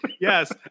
Yes